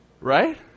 Right